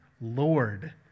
Lord